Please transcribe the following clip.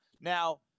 Now